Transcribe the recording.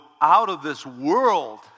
out-of-this-world